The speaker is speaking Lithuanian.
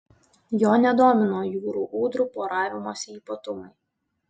jo nedomino jūrų ūdrų poravimosi ypatumai